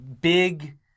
Big